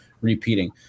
repeating